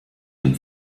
dem